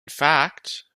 fact